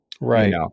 Right